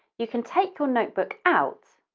you can take your notebook out